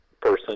person